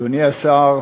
אדוני השר,